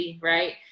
right